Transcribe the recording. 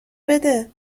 بده